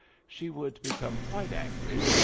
she would become quite angry,